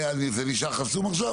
וזה נשאר חסום עכשיו?